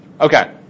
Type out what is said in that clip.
Okay